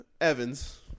Evans